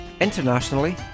internationally